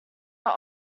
are